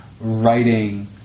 writing